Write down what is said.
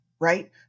right